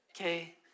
Okay